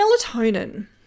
Melatonin